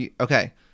Okay